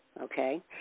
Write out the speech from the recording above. Okay